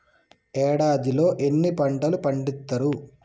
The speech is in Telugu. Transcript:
ఏడాదిలో ఎన్ని పంటలు పండిత్తరు?